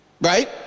Right